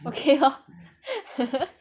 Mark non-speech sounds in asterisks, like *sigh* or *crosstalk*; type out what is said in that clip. okay lor *laughs*